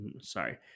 Sorry